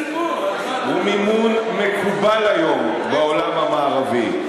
את הציבור, הוא מימון מקובל היום בעולם המערבי.